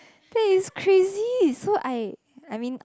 that is crazy so I I mean I